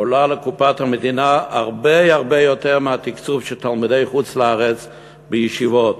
עולה לקופת המדינה הרבה הרבה יותר מהתקצוב של תלמידי חוץ-לארץ לישיבות,